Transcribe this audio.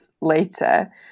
later